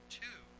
two